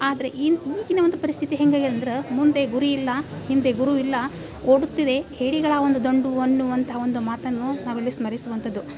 ಆದರೆ ಈಗಿನ ಒಂದು ಪರಿಸ್ಥಿತಿ ಹೆಂಗಾದ್ಯದಂದ್ರೆ ಮುಂದೆ ಗುರಿಯಿಲ್ಲ ಹಿಂದೆ ಗುರುವಿಲ್ಲ ಓಡುತ್ತಿದೆ ಹೇಡಿಗಳ ಒಂದು ದಂಡು ಅನ್ನುವಂತಹ ಒಂದು ಮಾತನ್ನು ನಾವಿಲ್ಲಿ ಸ್ಮರಿಸುವಂಥದ್ದು